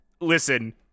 listen